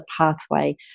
pathway